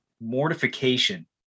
mortification